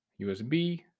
USB